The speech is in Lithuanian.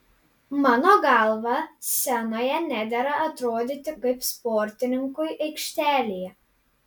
mano galva scenoje nedera atrodyti kaip sportininkui aikštelėje